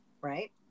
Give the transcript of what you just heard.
right